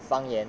方言: fang yan